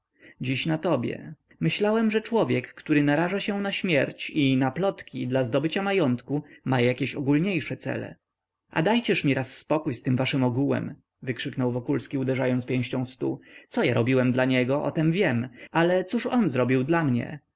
dziś na tobie myślałem że człowiek który naraża się na śmierć i na plotki dla zdobycia majątku ma jakieś ogólniejsze cele a dajcież mi raz spokój z tym waszym ogółem wykrzyknął wokulski uderzając pięścią w stół co ja robiłem dla niego o tem wiem ale cóż on zrobił dla mnie